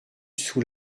sous